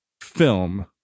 film